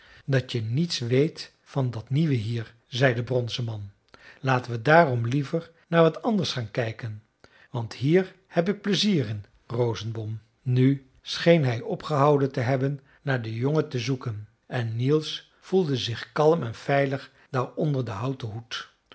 dat je niets weet van dat nieuwe hier zei de bronzen man laten we daarom liever naar wat anders gaan kijken want hier heb ik pleizier in rosenbom nu scheen hij opgehouden te hebben naar den jongen te zoeken en niels voelde zich kalm en veilig daar onder den houten hoed